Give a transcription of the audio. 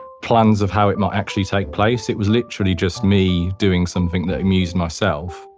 plans of how it might actually take place. it was literally just me doing something that amused myself.